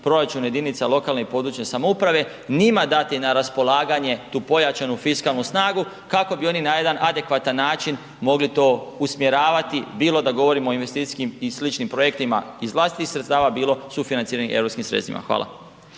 proračun jedinica lokalne i područne samouprave. Njima dati na raspolaganje tu pojačanu fiskalnu snagu kako bi oni na jedan adekvatan način mogli to usmjeravati, bilo da govorimo o investicijskim i sličnim projektima iz vlastitih sredstava, bilo sufinanciranim europskim sredstvima. Hvala.